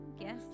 Yes